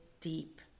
deep